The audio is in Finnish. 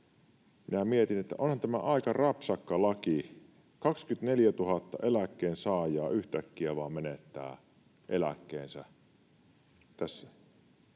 Minä mietin, että onhan tämä aika rapsakka laki: 24 000 eläkkeensaajaa yhtäkkiä vain menettää eläkkeensä tässä.